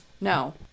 No